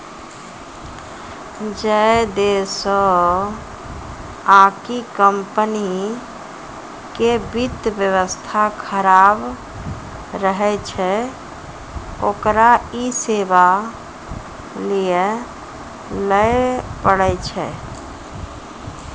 जै देशो आकि कम्पनी के वित्त व्यवस्था खराब रहै छै ओकरा इ सेबा लैये ल पड़ै छै